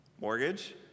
mortgage